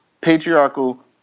patriarchal